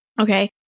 Okay